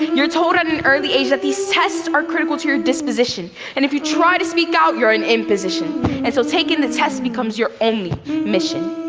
you're told at an early age that these tests are critical to your disposition and if you try to speak out, you're an imposition and so taking the test becomes your only mission.